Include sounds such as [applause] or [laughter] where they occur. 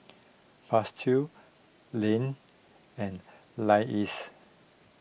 Festus Lane and [unintelligible]